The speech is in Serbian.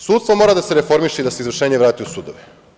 Sudstvo mora da se reformiše i da se izvršenje vrati u sudove.